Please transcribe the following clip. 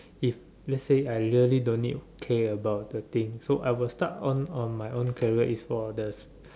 if let's say I'm really don't need care about the thing so I'm will start on on my own credible Easter orders